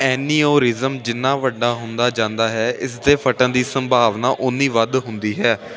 aneurysm ਜਿੰਨਾ ਵੱਡਾ ਹੁੰਦਾ ਜਾਂਦਾ ਹੈ ਇਸ ਦੇ ਫਟਣ ਦੀ ਸੰਭਾਵਨਾ ਓਨੀ ਵੱਧ ਹੁੰਦੀ ਹੈ